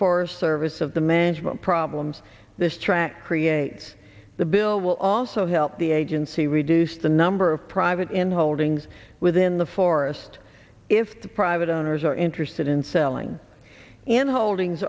forest service of the management problems this track creates the bill will also help the agency reduce the number of private in holdings within the forest if the private owners are interested in selling and holding